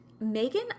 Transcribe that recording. Megan